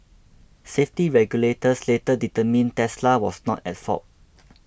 safety regulators later determined Tesla was not at fault